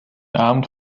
abend